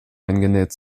eingenäht